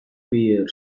prieur